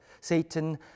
Satan